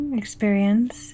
experience